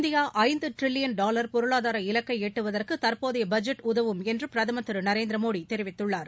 India ஐந்து trillion dollar பொருளாதார இலக்கை எட்டுவதற்கு தற்போதைய பட்ஜெட் உதவும் என்று பிரதமர் திரு நரேந்திர மோடி தெரிவித்துள்ளார்